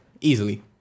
Easily